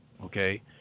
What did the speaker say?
Okay